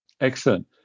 Excellent